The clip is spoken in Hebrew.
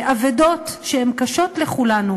אבדות שהן קשות לכולנו.